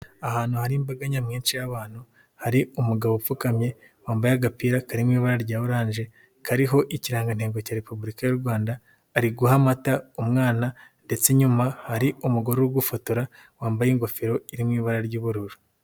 Ahantu hari imbaga nyamwinshi y'abantu hari umugabo upfukamye, wambaye agapira kari mu ibara rya oranje kariho ikirangantengo cya Repubulika y'u Rwanda ari guha amata umwana ndetse inyuma hari umugore uri gufotora wambaye ingofero iri mu ibara ry'ubururu.